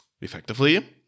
effectively